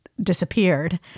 disappeared